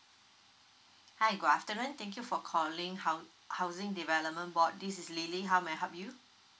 hi good afternoon thank you for calling hou~ housing development board this is lily how may I help you